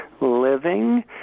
living